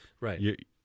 Right